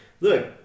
look